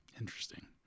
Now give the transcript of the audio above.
Interesting